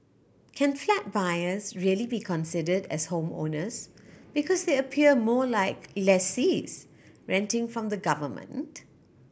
can flat buyers really be considered as homeowners because they appear more like lessees renting from the government